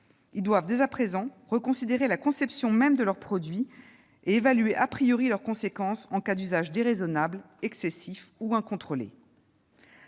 Ils doivent, dès à présent, reconsidérer la conception même de leurs produits et évaluer les conséquences de ces derniers en cas d'usage déraisonnable, excessif ou incontrôlé.